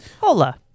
Hola